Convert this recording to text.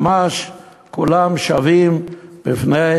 ממש כולם שווים בפני